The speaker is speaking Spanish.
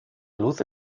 luz